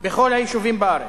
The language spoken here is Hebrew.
בכל היישובים בארץ,